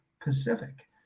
Pacific